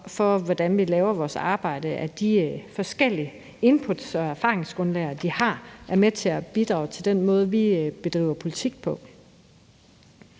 for, hvordan vi laver vores arbejde, og at de forskellige inputs og erfaringsgrundlag, de har, er med til at bidrage til den måde, vi bedriver politik på.